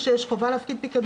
מבחינת המצב,